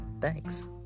Thanks